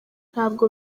ntabwo